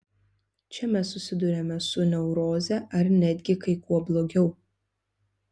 čia mes susiduriame su neuroze ar netgi kai kuo blogiau